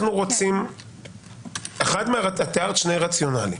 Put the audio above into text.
את תיארת כמה רציונלים.